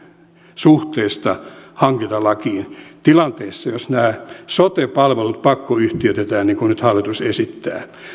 suhteesta hankintalakiin tilanteessa jossa nämä sote palvelut pakkoyhtiöitetään niin kuin nyt hallitus esittää